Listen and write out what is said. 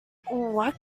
what